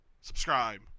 subscribe